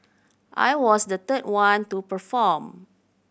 I was the third one to perform